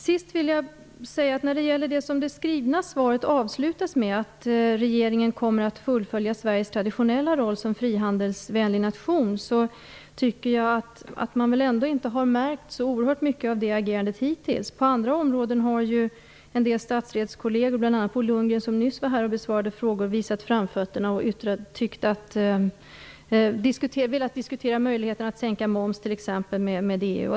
Sist vill jag säga att när det gäller det som det skrivna svaret avslutas med, att regeringen kommer att fullfölja Sveriges traditionella roll som frihandelsvänlig nation, tycker jag att man inte har märkt så oerhört mycket av det agerandet hittills. På andra områden har en del statsrådskolleger, bl.a. Bo Lundgren som nyss var här och besvarade frågor, visat framfötterna och velat diskutera möjligheten att t.ex. sänka moms i nivå med EU.